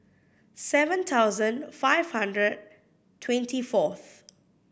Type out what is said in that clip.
seven thousand five hundred twenty fourth